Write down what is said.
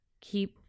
Keep